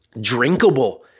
drinkable